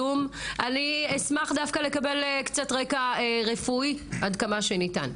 אשמח לקבל מעט רקע רפואי עד כמה שניתן.